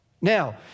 Now